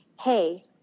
Hey